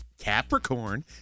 Capricorn